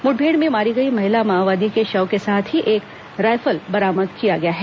मुठभेड़ में मारी गई महिला माओवादी के शव के साथ ही एक रायफल बरामद किया गया है